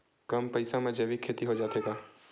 कम पईसा मा जैविक खेती हो जाथे का?